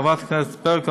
חברת הכנסת ברקו,